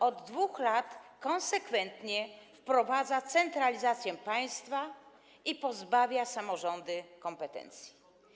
Od 2 lat konsekwentnie wprowadza centralizację państwa i pozbawia samorządy kompetencji.